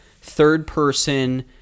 third-person